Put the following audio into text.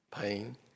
pain